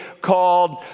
called